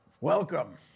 Welcome